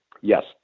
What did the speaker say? Yes